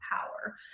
power